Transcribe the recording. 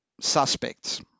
suspects